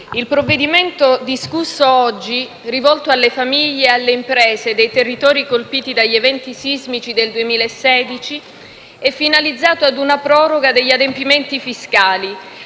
il provvedimento discusso oggi, rivolto alle famiglie e alle imprese dei territori colpiti dagli eventi sismici del 2016, è finalizzato ad una proroga degli adempimenti fiscali